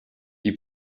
die